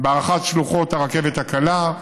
בהארכת שלוחות הרכבת הקלה,